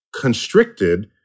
constricted